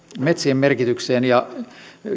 metsien merkitykseen ja